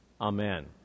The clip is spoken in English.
Amen